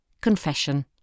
Confession